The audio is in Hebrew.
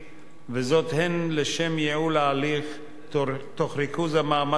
הן לשם ייעול ההליך תוך ריכוז המאמץ התקציבי